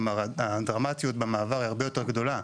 כלומר הדרמטיות במעבר היא הרבה יותר גדולה.